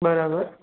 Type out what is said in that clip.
બરાબર